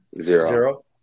zero